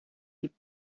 die